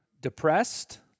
depressed